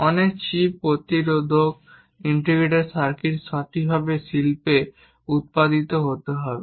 অনেক চিপ প্রতিরোধক integrated circuit সঠিকভাবে শিল্পে উত্পাদিত হতে হবে